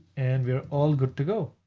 and we're all good to go.